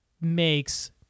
makes